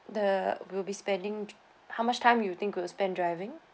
the will be spending how much time you think we will spend driving